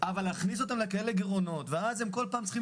אבל להכניס אותם לכאלה גירעונות ואז הם כל פעם צריכים